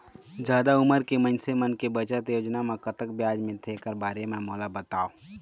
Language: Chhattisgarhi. जादा उमर के मइनसे मन के बचत योजना म कतक ब्याज मिलथे एकर बारे म मोला बताव?